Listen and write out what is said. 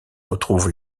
retrouve